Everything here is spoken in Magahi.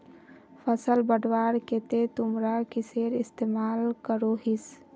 फसल बढ़वार केते तुमरा किसेर इस्तेमाल करोहिस?